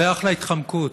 זו אחלה התחמקות,